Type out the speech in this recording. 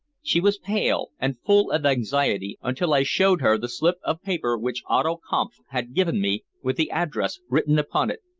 she was pale and full of anxiety until i showed her the slip of paper which otto kampf had given me with the address written upon it,